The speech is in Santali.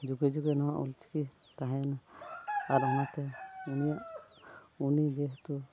ᱡᱩᱜᱮ ᱡᱩᱜᱮ ᱱᱚᱣᱟ ᱚᱞᱪᱤᱠᱤ ᱛᱟᱦᱮᱸᱭᱮᱱᱟ ᱟᱨ ᱚᱱᱟᱛᱮ ᱩᱱᱤᱭᱟᱜ ᱩᱱᱤ ᱡᱮᱦᱮᱛᱩ